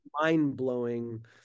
mind-blowing